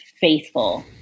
faithful